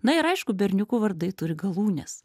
na ir aišku berniukų vardai turi galūnes